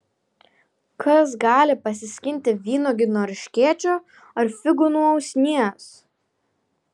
kas gali pasiskinti vynuogių nuo erškėčio ar figų nuo usnies